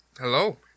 Hello